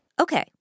Okay